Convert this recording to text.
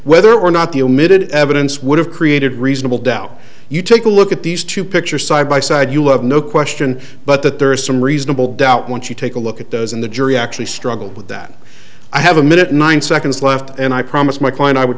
whether or not the omitted evidence would have created reasonable doubt you take a look at these two pictures side by side you have no question but that there is some reasonable doubt once you take a look at those in the jury actually struggled with that i have a minute nine seconds left and i promised my client i would